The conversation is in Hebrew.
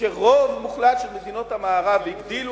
כשרוב מוחלט של מדינות המערב הגדילו